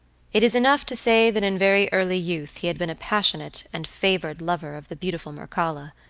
it is enough to say that in very early youth he had been a passionate and favored lover of the beautiful mircalla,